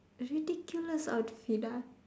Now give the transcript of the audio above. ridiculous outfit ah